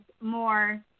more